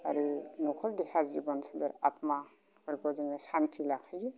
आरो नखर देहा जिबन सोलेर आत्माफोरखौ जोङो सान्ति लाखियो